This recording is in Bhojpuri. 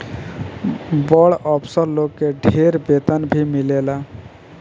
बड़ अफसर लोग के ढेर वेतन भी मिलेला